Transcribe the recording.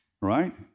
right